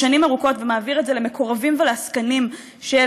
שנים ארוכות ומעביר את זה למקורבים ולעסקנים של